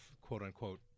quote-unquote